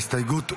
ההסתייגות הוסרה.